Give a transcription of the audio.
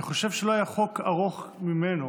אני חושב שלא היה חוק ארוך ממנו